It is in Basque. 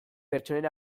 pertsonen